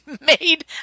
made